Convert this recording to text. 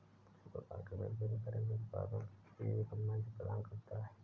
supermarket विभिन्न घरेलू उत्पादों के लिए एक मंच प्रदान करता है